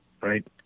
right